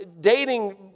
dating